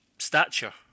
stature